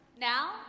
Now